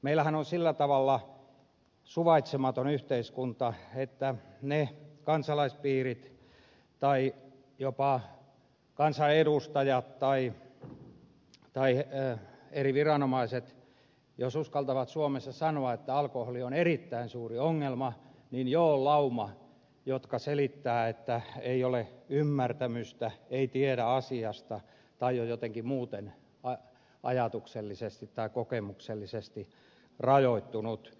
meillähän on sillä tavalla suvaitsematon yhteiskunta että jos kansalaispiirit tai jopa kansanedustajat tai eri viranomaiset uskaltavat suomessa sanoa että alkoholi on erittäin suuri ongelma niin jo on lauma joka selittää että ei ole ymmärtämystä ei tiedä asiasta tai on jotenkin muuten ajatuksellisesti tai kokemuksellisesti rajoittunut